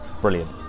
brilliant